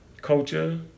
Culture